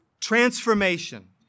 Transformation